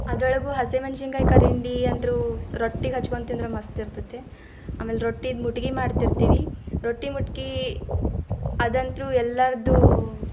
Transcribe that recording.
ಅದರೊಳಗೂ ಹಸಿಮೆಣ್ಸಿನ್ಕಾಯಿ ಕರಿಂಡಿ ಅಂತೂ ರೊಟ್ಟಿಗೆ ಹಚ್ಕೊಂಡು ತಿಂದ್ರೆ ಮಸ್ತ್ ಇರ್ತದೆ ಆಮೇಲೆ ರೊಟ್ಟಿದು ಮುಟಗಿ ಮಾಡ್ತಿರ್ತೀವಿ ರೊಟ್ಟಿ ಮುಟಗಿ ಅದಂತೂ ಎಲ್ಲರದೂ